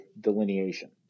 delineation